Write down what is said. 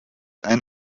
ein